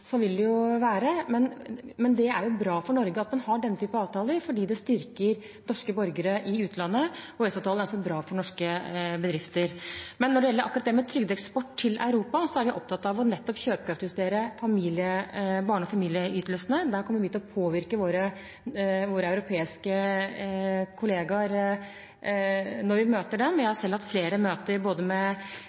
vil det være, men det er jo bra for Norge at man har denne typen avtaler, fordi det styrker norske borgere i utlandet. EØS-avtalen er også bra for norske bedrifter. Når det gjelder akkurat det med trygdeeksport til Europa, er vi opptatt av nettopp å kjøpekraftsjustere barne- og familieytelsene, og der kommer vi til å påvirke våre europeiske kollegaer når vi møter dem. Jeg har selv hatt flere møter både med